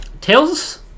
Tails